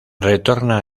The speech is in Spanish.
retorna